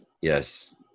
yes